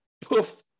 poof